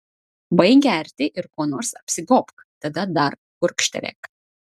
baik gerti ir kuo nors apsigobk tada dar gurkštelėk